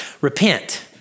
Repent